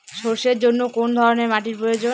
সরষের জন্য কোন ধরনের মাটির প্রয়োজন?